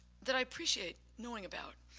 that i appreciate knowing about.